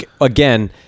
again